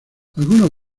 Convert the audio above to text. algunos